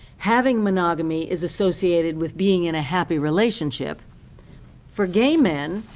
having monogamy is associated with being in a happy relationship for gay men